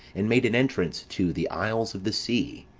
and made an entrance to the isles of the sea.